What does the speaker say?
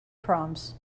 proms